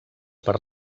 per